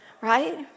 right